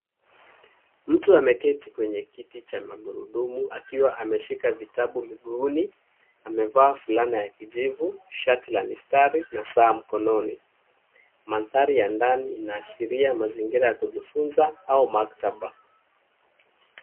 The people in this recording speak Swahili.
Mtu ameketi kwenye kiti cha magurudumu akiwa ameshika vitabu mguuni, amevaa fulana ya kijivu, shati la mistari na saa mkononi. Mandhari ya ndani inaashiria mazingira ya kujifunza au maktaba.